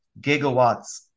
gigawatts